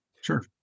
Sure